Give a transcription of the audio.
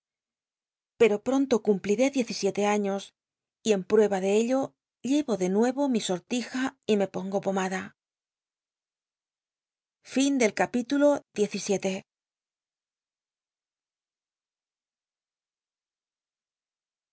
pero pronto cumplij'é diez y siete aiíos y en prueba de ello lloro de nuero mi sortija y me pongopomada